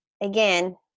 again